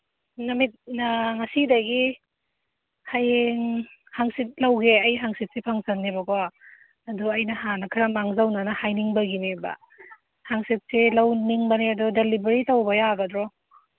ꯅꯨꯃꯤꯠꯅ ꯉꯁꯤꯗꯒꯤ ꯍꯌꯦꯡ ꯍꯪꯆꯤꯠ ꯂꯧꯒꯦ ꯑꯩ ꯍꯪꯆꯤꯠꯁꯤ ꯐꯪꯁꯟꯅꯦꯕꯀꯣ ꯑꯗꯨ ꯑꯩꯅ ꯍꯥꯟꯅ ꯈꯔ ꯃꯥꯡꯖꯧꯅꯅ ꯍꯥꯏꯅꯤꯡꯕꯒꯤꯅꯦꯕ ꯍꯪꯆꯤꯠꯁꯦ ꯂꯧꯅꯤꯡꯕꯅꯦ ꯑꯗꯣ ꯗꯤꯂꯤꯚꯔꯤ ꯇꯧꯕ ꯌꯥꯒꯗ꯭ꯔꯣ